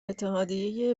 اتحادیه